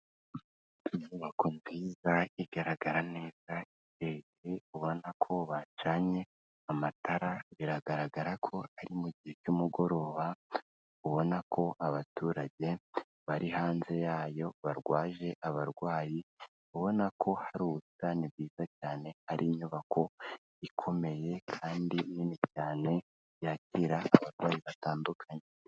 Inyubako nziza igaragara neza igeretse, ubona ko bacanye amatara, biragaragara ko ari mu gihe cy'umugoroba, ubona ko abaturage bari hanze yayo barwaje abarwayi, ubona ko hari ubusitani bwiza cyane ari inyubako ikomeye kandi nini cyane, yakira abarwayi batandukanye.